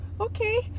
Okay